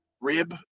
rib